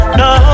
no